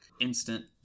instant